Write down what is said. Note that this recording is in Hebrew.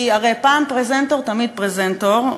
כי הרי פעם פרזנטור תמיד פרזנטור,